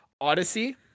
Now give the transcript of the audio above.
Odyssey